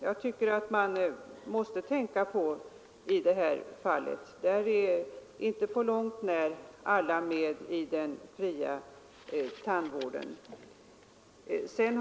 Jag tycker att man också måste tänka på dem i det här fallet, eftersom inte på långt när alla är med i den fria tandvården.